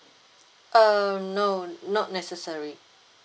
uh no not necessary